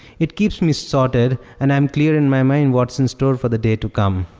it keeps me sorted and i am clear in my mind what's in store for the day to come